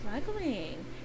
struggling